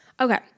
Okay